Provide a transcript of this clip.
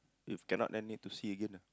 if cannot then need to see again ah